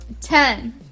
Ten